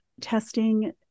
testing